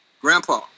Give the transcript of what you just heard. Grandpa